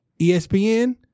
ESPN